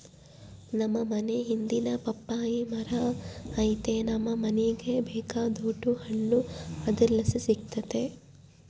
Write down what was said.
ನಮ್ ಮನೇ ಹಿಂದೆನೇ ಪಪ್ಪಾಯಿ ಮರ ಐತೆ ನಮ್ ಮನೀಗ ಬೇಕಾದೋಟು ಹಣ್ಣು ಅದರ್ಲಾಸಿ ಸಿಕ್ತತೆ